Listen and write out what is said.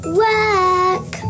work